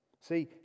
See